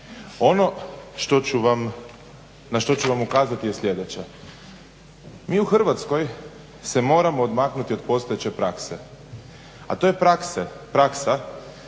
Ono na što ću vam ukazati je sljedeće. Mi u Hrvatskoj se moramo odmaknuti od postojeće prakse, a to je praksa da na